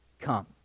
come